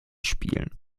spielen